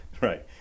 right